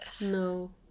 No